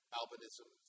albinism